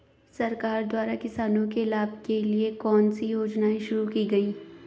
सरकार द्वारा किसानों के लाभ के लिए कौन सी योजनाएँ शुरू की गईं?